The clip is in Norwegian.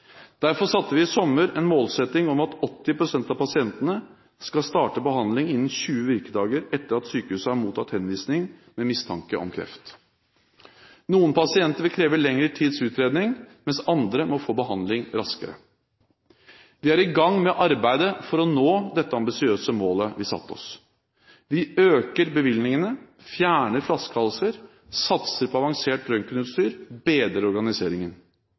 Derfor satte vi i sommer en målsetting om at 80 pst. av pasientene skal starte behandling innen 20 virkedager etter at sykehuset har mottatt henvisning med mistanke om kreft. Noen pasienter vil kreve lengre tids utredning, mens andre må få behandling raskere. Vi er i gang med arbeidet for å nå det ambisiøse målet vi satte oss. Vi øker bevilgningene, fjerner flaskehalser, satser på avansert røntgenutstyr og bedrer organiseringen.